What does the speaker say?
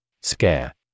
Scare